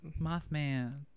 mothman